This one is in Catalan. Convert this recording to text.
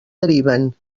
deriven